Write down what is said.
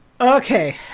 Okay